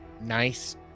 nice